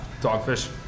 Dogfish